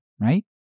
right